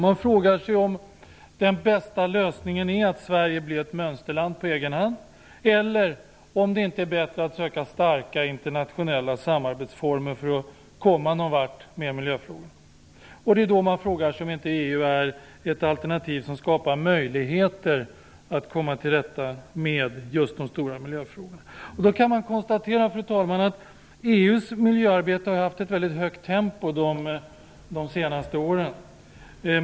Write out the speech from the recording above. Man frågar sig om den bästa lösningen är att Sverige blir ett mönsterland på egen hand, eller om det inte är bättre att söka starka internationella samarbetsformer för att komma någon vart med miljöfrågorna. Man frågar sig om inte EU är ett alternativ som skapar möjligheter att komma till rätta med just de stora miljöfrågorna. Man kan då konstatera, fru talman, att EU:s miljöarbete har haft ett väldigt högt tempo de senaste åren.